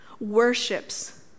worships